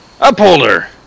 Upholder